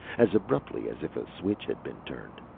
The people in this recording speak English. as abruptly as if a switch had been turned.